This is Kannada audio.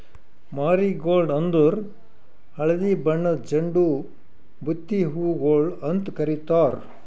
ಮಾರಿಗೋಲ್ಡ್ ಅಂದುರ್ ಹಳದಿ ಬಣ್ಣದ್ ಚಂಡು ಬುತ್ತಿ ಹೂಗೊಳ್ ಅಂತ್ ಕಾರಿತಾರ್